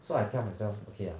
so I tell myself okay ah